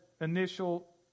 initial